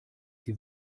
sie